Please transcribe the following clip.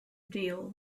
deal